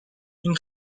این